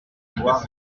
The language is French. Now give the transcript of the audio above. pouvoirs